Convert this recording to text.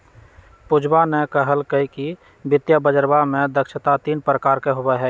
पूजवा ने कहल कई कि वित्तीय बजरवा में दक्षता तीन प्रकार के होबा हई